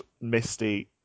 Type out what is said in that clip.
Misty